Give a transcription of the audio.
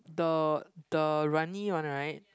the the runny one right